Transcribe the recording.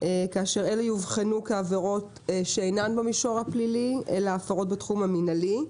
כאשר אלו יאובחנו כעבירות שאינן במישור הפלילי אלא הפרות בתחום המינהלי.